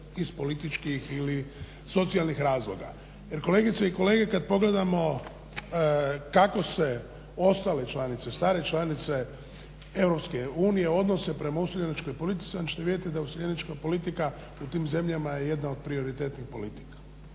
iz političkih ili socijalnih razloga. Jer kolegice i kolege kada pogledamo kako se ostale članice, stare članice EU odnose prema useljeničkoj politici onda ćete vidjeti da useljenička politika u tim zemljama je jedna od prioritetnih politika